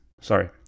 sorry